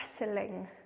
wrestling